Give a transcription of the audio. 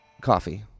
coffee